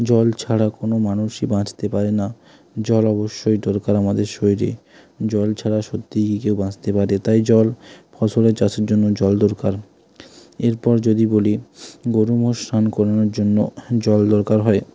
জল ছাড়া কোনো মানুষই বাঁচতে পারে না জল অবশ্যই দরকার আমাদের শরীরে জল ছাড়া সত্যিই কি কেউ বাঁচতে পারে তাই জল ফসলের চাষের জন্য জল দরকার এরপর যদি বলি গোরু মোষ স্নান করানোর জন্য জল দরকার হয়